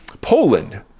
Poland